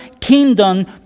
kingdom